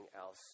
else